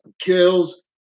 kills